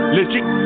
Legit